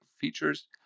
features